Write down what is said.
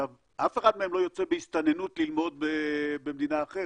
אף אחד לא יוצא בהסתננות ללמוד במדינה אחרת.